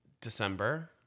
december